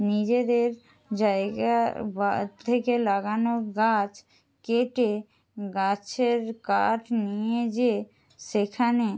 নিজেদের জায়গার বা থেকে লাগানো গাছ কেটে গাছের কাঠ নিয়ে যেয়ে সেখানে